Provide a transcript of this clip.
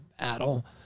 battle